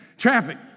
traffic